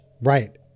Right